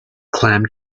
clam